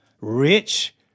rich